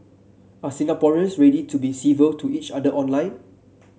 are Singaporeans ready to be civil to each other online